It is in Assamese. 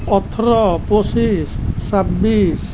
ওঠৰ পঁচিছ ছাব্বিছ